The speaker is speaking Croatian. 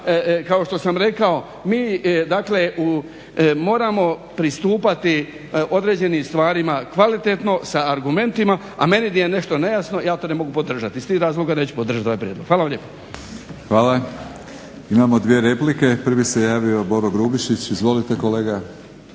kao što sam rekao mi, dakle moramo pristupati određenim stvarima kvalitetno sa argumentima, a meni di je nešto nejasno ja to ne mogu podržati i iz tih razloga neću podržati ovaj prijedlog. Hvala vam lijepo. **Batinić, Milorad (HNS)** Hvala. Imamo dvije replike. Prvi se javio Boro Grubišić, izvolite kolega.